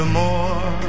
more